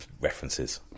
references